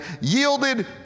yielded